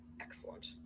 excellent